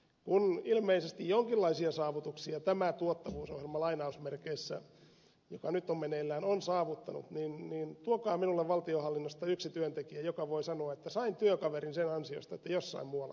kun ilmeisesti jonkinlaisia saavutuksia tämä tuottavuusohjelma joka nyt on meneillään on saavuttanut niin tuokaa minulle valtionhallinnosta yksi työntekijä joka voi sanoa että sain työkaverin sen ansiosta että jossain muualla tuottavuus parani